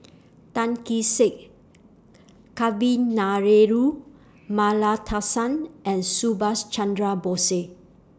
Tan Kee Sek Kavignareru Amallathasan and Subhas Chandra Bose